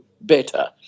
better